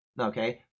Okay